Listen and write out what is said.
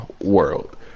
world